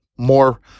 More